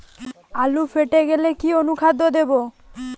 আলু ফেটে গেলে কি অনুখাদ্য দেবো?